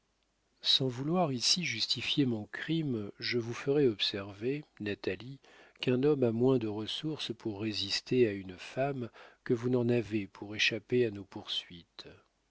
sans vouloir ici justifier mon crime je vous ferai observer natalie qu'un homme a moins de ressources pour résister à une femme que vous n'en avez pour échapper à nos poursuites